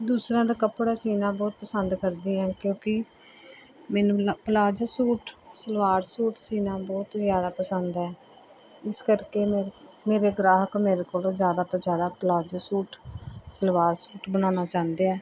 ਦੂਸਰਿਆਂ ਦੇ ਕੱਪੜੇ ਸਿਊਣਾ ਬਹੁਤ ਪਸੰਦ ਕਰਦੀ ਐਂ ਕਿਉਂਕਿ ਮੈਨੂੰ ਨਾ ਪਲਾਜੋ ਸੂਟ ਸਲਵਾਰ ਸੂਟ ਸਿਊਣਾ ਬਹੁਤ ਜ਼ਿਆਦਾ ਪਸੰਦ ਹੈ ਇਸ ਕਰਕੇ ਮੇਰੇ ਮੇਰੇ ਗਾਹਕ ਮੇਰੇ ਕੋਲੋਂ ਜ਼ਿਆਦਾ ਤੋਂ ਜ਼ਿਆਦਾ ਪਲਾਜੋ ਸੂਟ ਸਲਵਾਰ ਸੂਟ ਬਣਵਾਉਣਾ ਚਾਹੁੰਦੇ ਹੈ